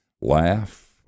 laugh